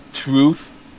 Truth